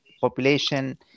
population